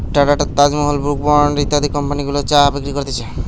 tata, Taj Mahal, Brooke Bond ইত্যাদি company গুলা চা বিক্রি করতিছে